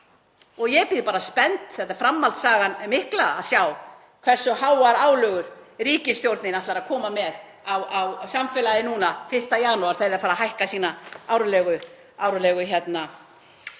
Ég bíð bara spennt, þetta er framhaldssagan mikla, að sjá hversu háar álögur ríkisstjórnin ætlar að koma með á samfélagið núna 1. janúar þegar þeir fara að koma með sínar árlegu hækkanir.